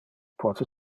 pote